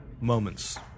Moments